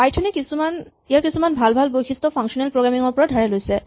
Python এ ইয়াৰ কিছুমান ভাল ভাল বৈশিষ্ট ফাংচনেল প্ৰগ্ৰেমিং ৰ পৰা ধাৰে লৈছে